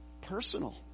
Personal